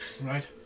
Right